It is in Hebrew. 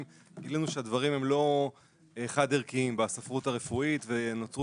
גילינו שהדברים הם לא חד ערכיים בספרות הרפואית ונוצרו